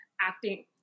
acting –